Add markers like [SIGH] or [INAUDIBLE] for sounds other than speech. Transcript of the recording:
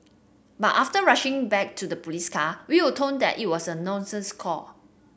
but after rushing back to the police car we were [UNINTELLIGIBLE] that it was a nuisance call